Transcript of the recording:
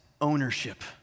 ownership